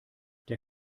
der